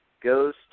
goes